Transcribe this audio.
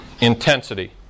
intensity